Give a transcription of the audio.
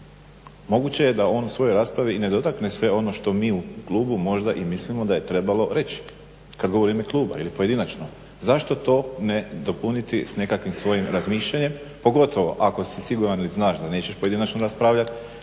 moguće je da on u svojoj raspravi i ne dotakne sve ono što mi u klubu možda i mislimo da je trebalo reći kada govori u ime kluba ili pojedinačno. Zašto to ne dopuniti sa nekakvim svojim razmišljanjem, pogotovo ako si siguran ili znaš da nećeš pojedinačno raspravljati